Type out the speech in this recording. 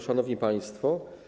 Szanowni Państwo!